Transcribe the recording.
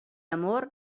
amor